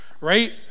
right